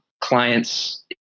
clients